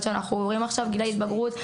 שאנחנו עוברים עכשיו כמו גיל ההתבגרות.